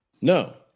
No